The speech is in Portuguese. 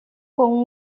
com